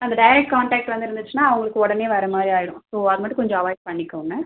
அந்த direct contact வந்து இருந்துச்சின்னால் அவங்களுக்கு உடனே வரமாதிரி ஆகிடும் ஸோ அதை மட்டும் கொஞ்சம் அவாய்ட் பண்ணிக்கோங்க